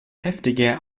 heftige